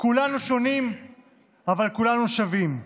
כולנו שונים אבל כולנו שווים.